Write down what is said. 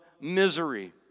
misery